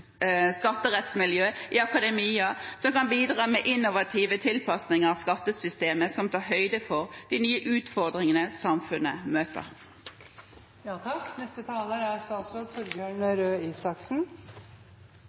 skatterettsmiljø i akademia, som kan bidra med innovative tilpasninger av skattesystemet og tar høyde for de nye utfordringene samfunnet møter? Jeg beklager å måtte skuffe representanten Grung ved å være her. Dette spørsmålet er